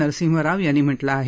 नरसिंहराव यांनी म्हटलं आहे